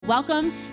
Welcome